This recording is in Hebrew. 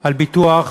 על ביטוח